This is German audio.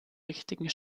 richtigen